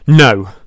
No